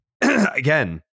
again